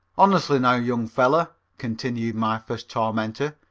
honestly, now, young feller, continued my first tormentor,